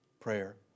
prayer